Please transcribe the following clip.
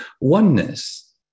oneness